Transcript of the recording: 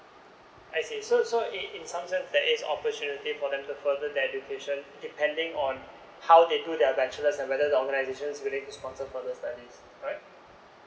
I see so so in some sense there is opportunity for them to further the education depending on how they do their bachelors and whether the organisation is willing to sponsor further studies right